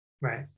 Right